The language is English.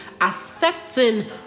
accepting